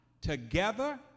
together